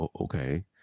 okay